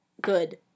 good